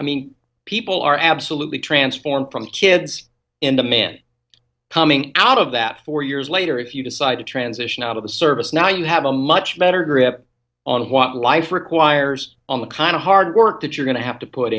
i mean people are absolutely transformed from kids in the man coming out of that four years later if you decide to transition out of the service now you have a much better grip on what life requires on the kind of hard work that you're going to have to put